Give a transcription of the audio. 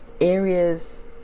areas